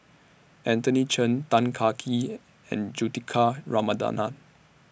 Anthony Chen Tan Kah Kee and Juthika Ramanathan